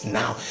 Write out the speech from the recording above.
now